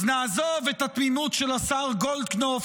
אז נעזוב את התמימות של השר גולדקנופ,